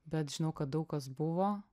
bet žinau kad daug kas buvo